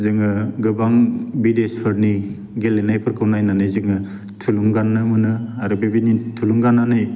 जोङो गोबां बिदेशफोरनि गेलेनायफोरखौ नायनानै जोङो थुलुंगानो मोनो आरो बेबायदिनो थुलुंगानानै